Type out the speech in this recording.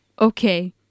Okay